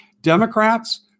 Democrats